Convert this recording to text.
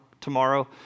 tomorrow